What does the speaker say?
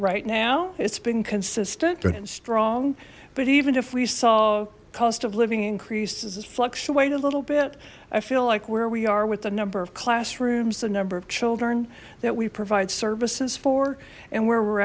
right now it's been consistent and strong but even if we saw cost of living increases fluctuate a little bit i feel like where we are with the number of classrooms the number of children that we provide services for and where we're